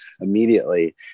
immediately